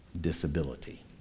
disability